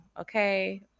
okay